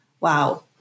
wow